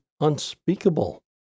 unspeakable